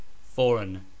foreign